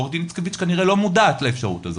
ועוה"ד איצקוביץ כנראה לא מודעת לאפשרות הזאת,